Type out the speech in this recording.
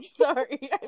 sorry